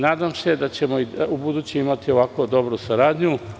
Nadam se da ćemo i ubuduće imati ovako dobru saradnju.